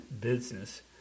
business